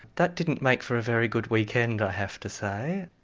that didn't make for a very good weekend i have to say.